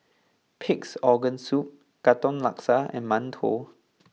Pig'S Organ Soup Katong Laksa and Mantou